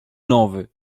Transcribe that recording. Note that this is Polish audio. nowy